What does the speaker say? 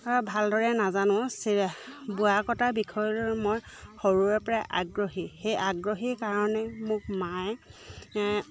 ভালদৰে নাজানো বোৱা কটাৰ বিষয়লৈ মই সৰুৰে পৰাই আগ্ৰহী সেই আগ্ৰহীৰ কাৰণে মোক মায়ে